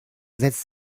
setzt